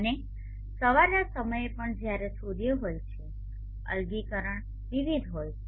અને સવારના સમયે પણ જ્યારે સૂર્ય હોય છે અલગીકરણ વિવિધ હોય છે